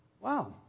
Wow